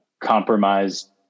compromised